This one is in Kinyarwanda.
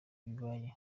bibaye